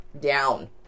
down